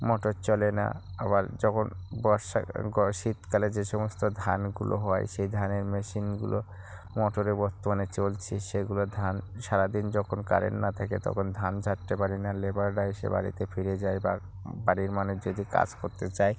motor চলে না আবার যখন বর্ষা শীতকালে যে সমস্ত ধানগুলো হয় সেই ধানের মেশিনগুলো মোটরে বর্তমানে চলছে সেগুলো ধান সারা দিন যখন কারেন্ট না থাকে তখন ধান ঝাড়তে পারি না লেবাররা এসে বাড়িতে ফিরে যায় বা বাড়ির মানে যে যে কাজ করতে চায়